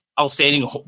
outstanding